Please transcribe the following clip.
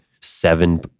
seven